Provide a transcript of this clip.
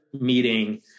meeting